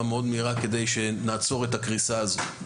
מאוד מהירה כדי שנעצור את הקריסה הזו.